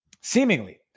seemingly